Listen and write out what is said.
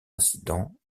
incident